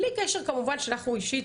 בלי קשר כמובן שאנחנו אישית,